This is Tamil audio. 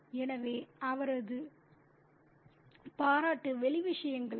எனவே அவரது பாராட்டு வெளி விஷயங்களுக்கு